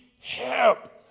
help